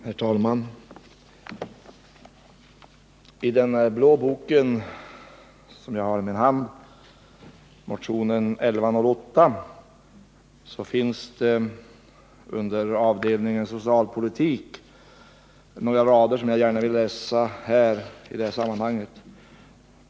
Herr talman! I den blå bok som jag har i min hand — motion nr 1108 — finns det under avdelningen Socialpolitik några rader som jag gärna vill läsa upp i detta sammanhang.